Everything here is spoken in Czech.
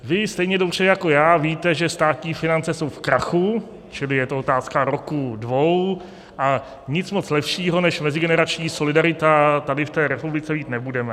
Vy stejně dobře jako já víte, že státní finance jsou v krachu, čili je to otázka roku dvou, a nic moc lepšího než mezigenerační solidaritu tady v té republice mít nebudeme.